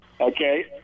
Okay